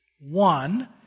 One